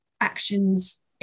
actions